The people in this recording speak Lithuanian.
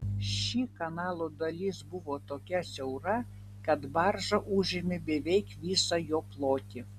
ši kanalo dalis buvo tokia siaura kad barža užėmė beveik visą jo plotį